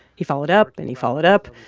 he followed up, and he followed up.